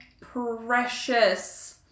precious